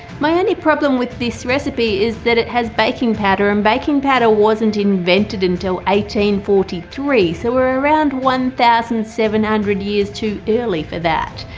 my only problem with this recipe is that it has baking powder and baking powder wasn't invented until forty three so we're around one thousand seven hundred years too early for that.